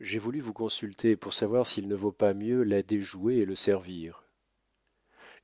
j'ai voulu vous consulter pour savoir s'il ne vaut pas mieux la déjouer et le servir